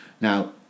Now